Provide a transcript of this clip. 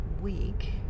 week